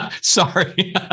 sorry